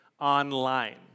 online